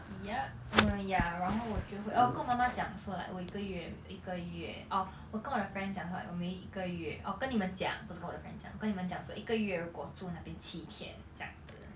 yup uh ya 然后我就会 oh 我跟我妈妈讲说 like oh 一个月一个月 orh 我跟我的 friend 讲说我每一个月 orh 跟你们讲不是跟我的 friend 讲跟你们讲说一个月如果住那边七天这样子